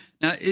Now